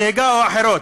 עבירות נהיגה או אחרות.